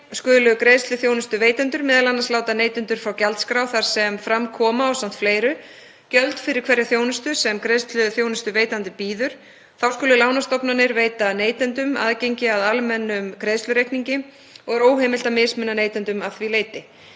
skulu greiðsluþjónustuveitendur m.a. láta neytendur fá gjaldskrá þar sem fram koma, ásamt fleiru, gjöld fyrir hverja þjónustu sem greiðsluþjónustuveitandi býður. Þá skulu lánastofnanir veita neytendum aðgengi að almennum greiðslureikningi og er óheimilt að mismuna neytendum að því leyti.